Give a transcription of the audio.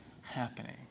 happening